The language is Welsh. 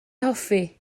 hoffi